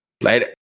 Later